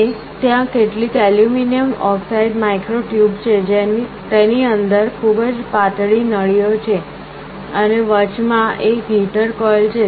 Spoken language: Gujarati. અને ત્યાં કેટલીક ઍલ્યુમિનિયમ ઓક્સાઇડ માઇક્રો ટયૂબ છે તેની અંદર ખૂબ જ પાતળી નળીઓ છે અને વચમાં એક હીટર કોઇલ છે